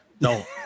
No